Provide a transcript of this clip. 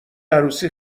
عروسی